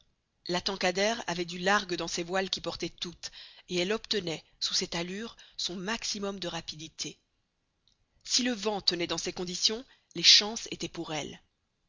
la tankadère avait du largue dans ses voiles qui portaient toutes et elle obtenait sous cette allure son maximum de rapidité si le vent tenait dans ces conditions les chances étaient pour elle